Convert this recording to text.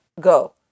go